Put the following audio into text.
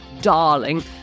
darling